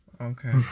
Okay